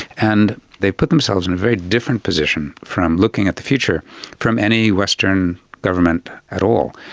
and they've put themselves in a very different position from looking at the future from any western government at all,